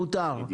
מותר.